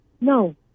no